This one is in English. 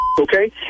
Okay